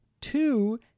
two